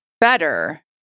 better